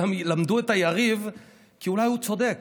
אלא למדו את היריב כי אולי הוא צודק